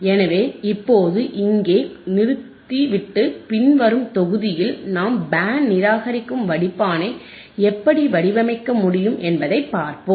எனவே இப்போது இங்கே நிறுத்திவிட்டு பின்வரும் தொகுதியில் நாம் பேண்ட் நிராகரிக்கும் வடிப்பானை எப்படி வடிவமைக்க முடியும் என்பதைப் பார்ப்போம்